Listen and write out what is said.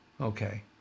Okay